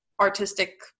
artistic